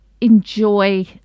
enjoy